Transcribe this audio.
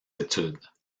études